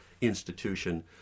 institution